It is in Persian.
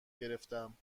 گرفتم